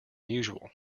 usual